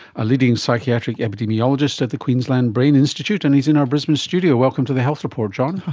a leading psychiatric epidemiologist at the queensland brain institute, and he's in our brisbane studio. welcome to the health report, john.